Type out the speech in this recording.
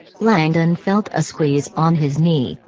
langdon felt a squeeze on his knee,